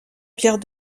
pierres